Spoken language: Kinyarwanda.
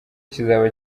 kizaba